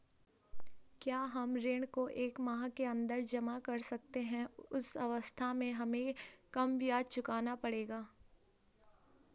क्या हम ऋण को एक माह के अन्दर जमा कर सकते हैं उस अवस्था में हमें कम ब्याज चुकाना पड़ेगा?